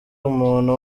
umuntu